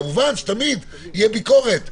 כמובן תמיד תהיה ביקורת.